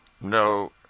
No